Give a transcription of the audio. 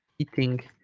eating